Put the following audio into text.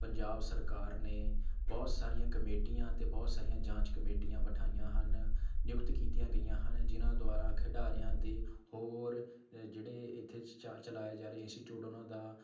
ਪੰਜਾਬ ਸਰਕਾਰ ਨੇ ਬਹੁਤ ਸਾਰੀਆਂ ਕਮੇਟੀਆਂ ਅਤੇ ਬਹੁਤ ਸਾਰੀਆਂ ਜਾਂਚ ਕਮੇਟੀਆਂ ਬੈਠਾਈਆਂ ਹਨ ਨਿਯੁਕਤ ਕੀਤੀਆਂ ਗਈਆਂ ਹਨ ਜਿਹਨਾਂ ਦੁਆਰਾ ਖਿਡਾਰੀਆਂ ਦੇ ਹੋਰ ਜਿਹੜੇ ਇੱਥੇ ਚਲਾਏ ਜਾ ਰਹੇ ਇੰਸਟੀਚਿਊਟ ਉਨ੍ਹਾਂ ਦਾ